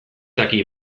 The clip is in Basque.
daki